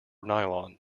nylon